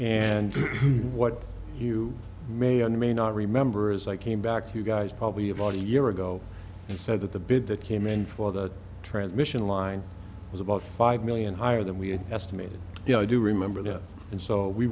and what you may or may not remember is i came back to you guys probably about a year ago and said that the bid that came in for that transmission line was about five million higher than we had estimated you know i do remember that and so we